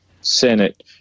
Senate